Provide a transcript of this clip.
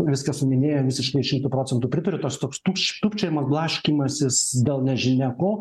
viską suminėjo visiškai šimtu procentų pritariu tas toks tūp tūpčiojimas blaškymasis dėl nežinia ko